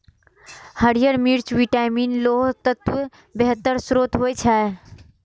हरियर मिर्च विटामिन, लौह तत्वक बेहतर स्रोत होइ छै